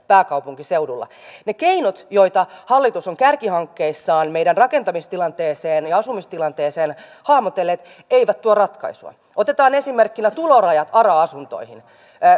pääkaupunkiseudulla ne keinot joita hallitus on kärkihankkeissaan meidän rakentamistilanteeseen ja ja asumistilanteeseen hahmotellut eivät tuo ratkaisua otetaan esimerkkinä tulorajat ara asuntoihin